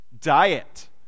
Diet